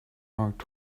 mark